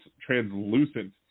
translucent